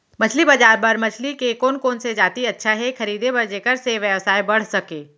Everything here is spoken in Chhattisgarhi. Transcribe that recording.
मछली बजार बर मछली के कोन कोन से जाति अच्छा हे खरीदे बर जेकर से व्यवसाय बढ़ सके?